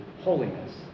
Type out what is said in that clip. holiness